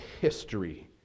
history